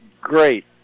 great